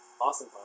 awesome